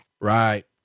Right